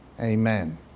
Amen